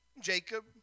Jacob